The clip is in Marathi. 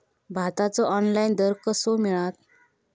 भाताचो ऑनलाइन दर कसो मिळात?